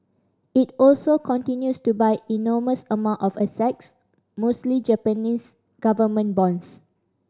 it also continues to buy enormous amount of assets mostly Japanese government bonds